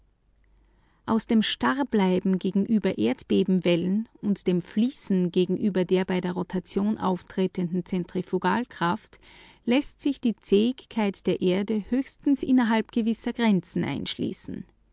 aus dem starrbleiben gegenüber den schnellen erdbebenwellen und dem fließen gegenüber der bei der rotation auftretenden zentrifugalkraft läßt sich die zähigkeit der erde höchstens in gewisse grenzen einschließen